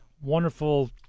wonderful